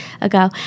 ago